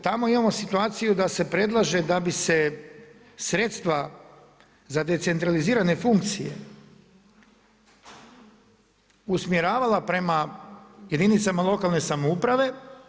Tamo imamo situaciju da se predlaže da bi se sredstva za decentralizirane funkcije usmjeravala prema jedinicama lokalne samouprave.